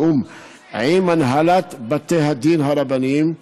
בתיאום עם הנהלת בתי הדין הרבניים.